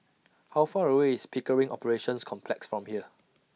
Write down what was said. How Far away IS Pickering Operations Complex from here